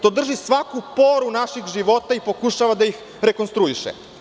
To drži svaku poru naših života i pokušava da ih rekonstruiše.